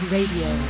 Radio